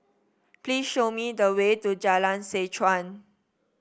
please show me the way to Jalan Seh Chuan